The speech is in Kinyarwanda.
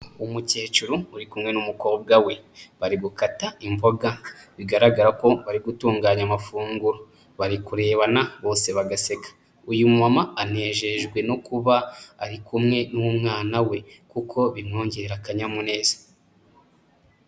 Umukecuru uri kumwe n'umukobwa we, bari gukata imboga, bigaragara ko bari gutunganya amafunguro, bari kurebana bose bagaseka. Uyu mumama anejejwe no kuba ari kumwe n'umwana we kuko bimwongera akanyamuneza.